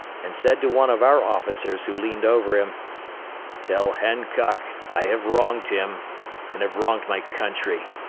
and said to one of our officers who leaned over him tell hancock i have wronged him and have wronged my country.